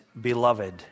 beloved